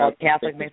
Catholic